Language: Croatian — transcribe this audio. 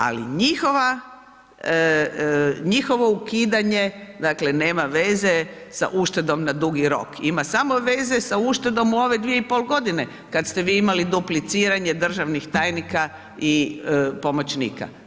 Ali njihovo ukidanje, dakle, nema veze sa uštedom na dugi rok, ima samo veze sa uštedom u ove 2,5 g. kada ste vi imali dupliciranje državnih tajnika i pomoćnika.